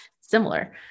similar